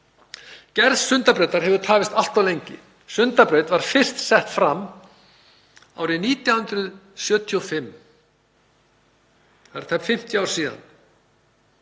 Gerð Sundabrautar hefur tafist allt of lengi. Sundabraut var fyrst sett fram árið 1975, það eru 47 ár síðan,